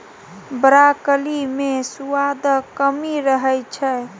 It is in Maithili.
ब्रॉकली मे सुआदक कमी रहै छै